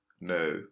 no